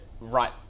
right